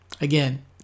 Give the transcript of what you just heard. Again